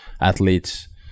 athletes